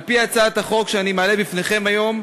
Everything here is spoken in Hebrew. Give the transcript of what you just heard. על-פי הצעת החוק שאני מעלה בפניכם היום,